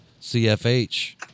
CFH